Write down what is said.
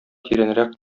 тирәнрәк